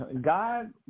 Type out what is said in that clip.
God